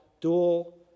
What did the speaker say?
dual